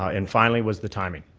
ah and finally was the timing.